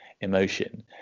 emotion